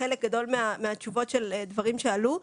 חלק גדול מהתשובות של דברים שעלו,